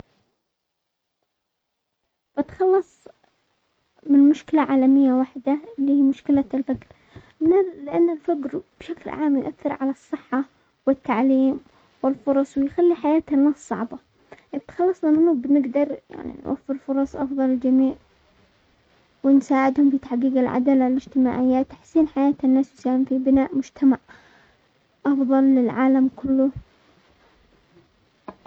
بتخلص من مشكلة عالمية واحدة اللي هي مشكلة الففر، لان الفقر بشكل عام يؤثر على الصحة والتعليم والفرص ويخلي حياة الناس صعبة، بالتخلص منه بنقدر يعني نوفر فرص افضل للجميع ونساعدهم في تحقيق العدالة الاجتماعية، تحسين حياة الناس تساهم في بناء مجتمع افضل للعالم كله.